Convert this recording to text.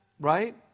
right